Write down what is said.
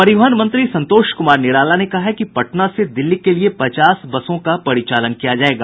परिवहन मंत्री संतोष कुमार निराला ने कहा है कि पटना से दिल्ली के लिए पचास बसों का परिचालन किया जायेगा